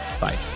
bye